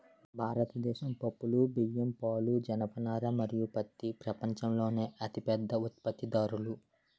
భారతదేశం పప్పులు, బియ్యం, పాలు, జనపనార మరియు పత్తి ప్రపంచంలోనే అతిపెద్ద ఉత్పత్తిదారులు